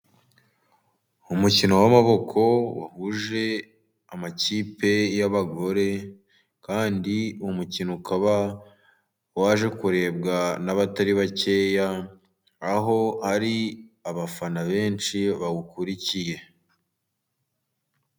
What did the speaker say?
Umukino w'amaboko wahuje amakipe y'abagore, kandi umukino ukaba waje kurebwa n'abatari bakeya aho ari abafana benshi bawukurikiye.